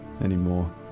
anymore